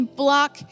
block